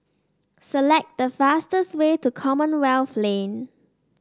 select the fastest way to Commonwealth Lane